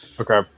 Okay